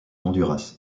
honduras